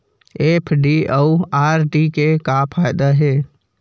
FD अउ RD के का फायदा हे?